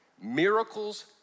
Miracles